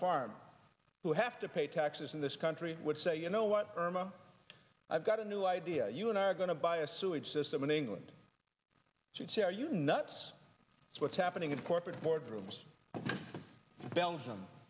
farm who have to pay taxes in this country would say you know what irma i've got a new idea you and i are going to buy a sewage system in england she'd say are you nuts it's what's happening in corporate boardrooms belgium